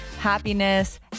happiness